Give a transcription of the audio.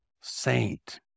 saint